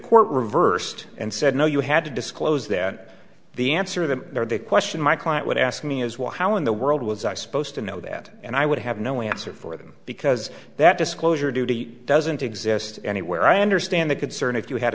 court reversed and said no you had to disclose that the answer the question my client would ask me is well how in the world was i supposed to know that and i would have no answer for them because that disclosure duty doesn't exist anywhere i understand the concern if you had